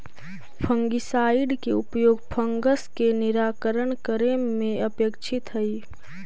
fungicide के उपयोग fungus के निराकरण करे में अपेक्षित हई